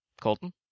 Colton